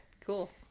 cool